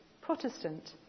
Protestant